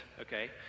Okay